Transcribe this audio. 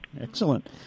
excellent